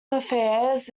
affairs